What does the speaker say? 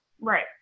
Right